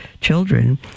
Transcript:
children